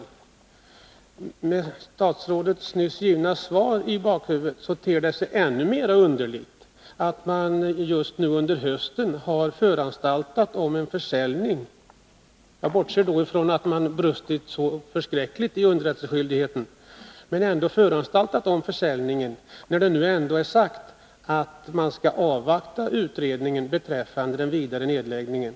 När man har statsrådets nyss givna svar i bakhuvudet, ter det sig ännu mer underligt att man just nu under hösten har föranstaltat om en försäljning — jag bortser då från att man har brustit så förskräckligt i fråga om underrättelseskyldigheten — med tanke på att det har sagts att man skall avvakta utredningen beträffande den vidare nedläggningen.